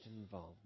involved